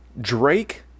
Drake